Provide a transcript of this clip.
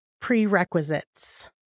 prerequisites